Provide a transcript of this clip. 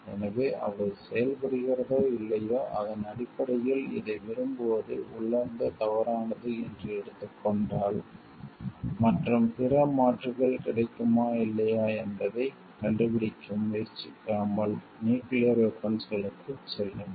எனவே அவை செயல்படுகிறதோ இல்லையோ அதன் அடிப்படையில் இதை விரும்புவது உள்ளார்ந்த தவறானது என்று எடுத்துக் கொண்டால் மற்றும் பிற மாற்றுகள் கிடைக்குமா இல்லையா என்பதைக் கண்டுபிடிக்க முயற்சிக்காமல் நியூக்கிளியர் வெபன்ஸ்களுக்குச் செல்லுங்கள்